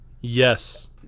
Yes